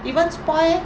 even spoil eh